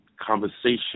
conversation